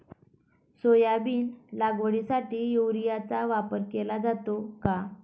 Soybean लागवडीसाठी युरियाचा वापर केला जातो का?